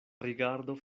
rigardo